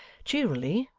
cheerily,